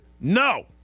No